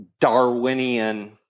Darwinian